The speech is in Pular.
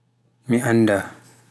mi annda